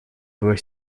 твоя